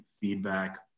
feedback